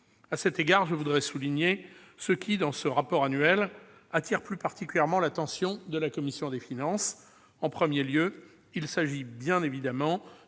À cet égard, je voudrais souligner ce qui, dans ce rapport annuel, attire plus particulièrement l'attention de la commission des finances. En premier lieu, il s'agit bien évidemment